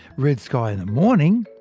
red sky in the morning,